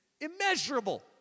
immeasurable